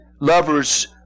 lovers